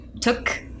took